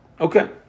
okay